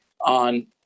on